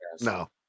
No